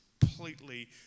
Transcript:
completely